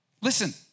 Listen